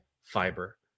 fiber